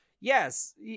Yes